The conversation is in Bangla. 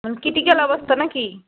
মানে ক্রিটিকাল অবস্থা না কি